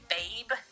babe